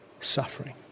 suffering